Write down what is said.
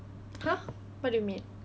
!huh! what do you mean